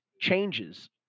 changes